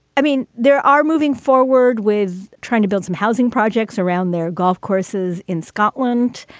i mean, there are moving forward with trying to build some housing projects around their golf courses in scotland.